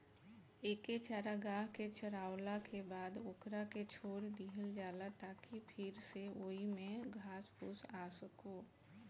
एके चारागाह के चारावला के बाद ओकरा के छोड़ दीहल जाला ताकि फिर से ओइमे घास फूस आ सको